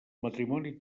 matrimoni